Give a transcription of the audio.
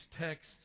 texts